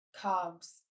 carbs